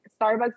Starbucks